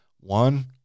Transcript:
one